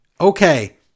Okay